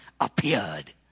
appeared